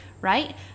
right